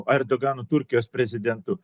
erdoganu turkijos prezidentu